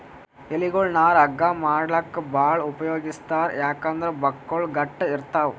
ಎಲಿಗೊಳ್ ನಾರ್ ಹಗ್ಗಾ ಮಾಡ್ಲಾಕ್ಕ್ ಭಾಳ್ ಉಪಯೋಗಿಸ್ತಾರ್ ಯಾಕಂದ್ರ್ ಬಕ್ಕುಳ್ ಗಟ್ಟ್ ಇರ್ತವ್